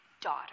daughter